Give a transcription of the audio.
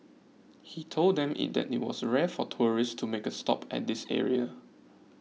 he told them it that it was rare for tourists to make a stop at this area